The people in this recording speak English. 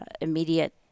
immediate